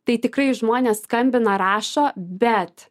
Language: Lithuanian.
tai tikrai žmonės skambina rašo bet